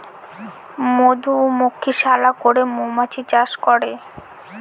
মধুমক্ষিশালা করে মৌমাছি চাষ করে